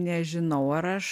nežinau ar aš